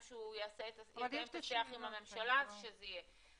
כשהוא יקיים את השיח עם הממשלה שזה יהיה.